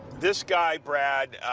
this guy, brad,